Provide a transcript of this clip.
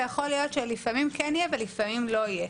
ויכול להיות שלפעמים כן יהיה ולפעמים לא יהיה.